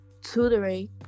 tutoring